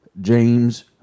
James